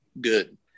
good